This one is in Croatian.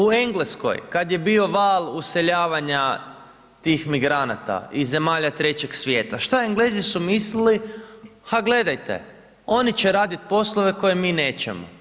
U Engleskoj kada je bio val useljavanja tih migranata, iz zemalja Trećeg svijeta, šta Englezi su mislili, ha gledajte, oni će raditi poslove koje mi nećemo.